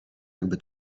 jakby